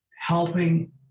helping